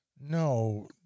no